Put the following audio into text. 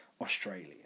Australia